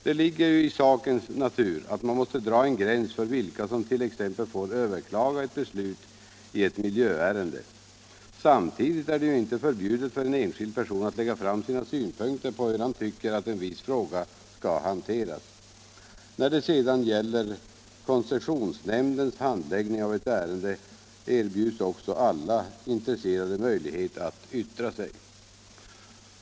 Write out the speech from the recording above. Det ligger ju i sakens natur att man måste dra en gräns för vilka som t.ex. får överklaga ett beslut i ett miljöärende. Samtidigt är det ju inte förbjudet för en enskild person att lägga fram sina synpunkter på hur han tycker att en viss fråga skall hanteras. Vid koncessionsnämndens handläggning av ett ärende erbjuds också alla intresserade möjlighet att yttra sig.